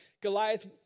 Goliath